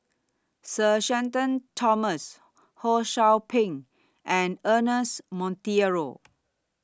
Sir Shenton Thomas Ho SOU Ping and Ernest Monteiro